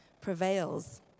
prevails